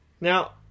Now